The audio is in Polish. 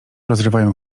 rozrywają